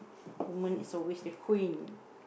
woman is always the queen